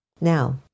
Now